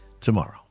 tomorrow